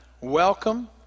welcome